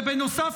בנוסף,